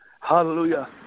Hallelujah